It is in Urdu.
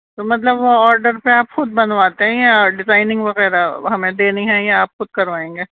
تو مطلب وہ آڈر پہ آپ خود بنواتے ہیں یا ڈیزائننگ وغیرہ ہمیں دینی ہے یا آپ خود کروائیں گے